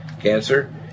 cancer